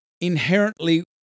inherently